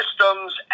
systems